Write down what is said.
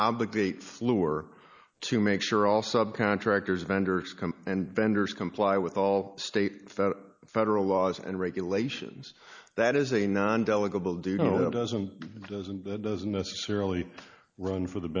obligate fluor to make sure all subcontractors vendors come and vendors comply with all state federal laws and regulations that is a non delegate will do you know that doesn't doesn't that doesn't necessarily run for the